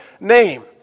name